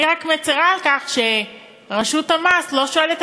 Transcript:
אני רק מצרה על כך שרשות המס לא שואלת